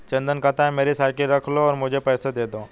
चंदन कहता है, मेरी साइकिल रख लो और मुझे पैसे दे दो